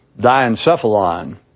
diencephalon